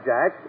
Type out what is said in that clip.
Jack